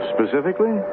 Specifically